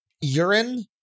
urine